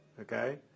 okay